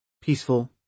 peaceful